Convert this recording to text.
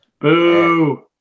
boo